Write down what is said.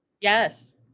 yes